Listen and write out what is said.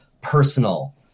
personal